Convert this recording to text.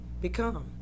become